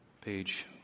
Page